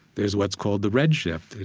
there's what's called the red shift.